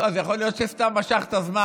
לא, זה יכול להיות שסתם משכת זמן.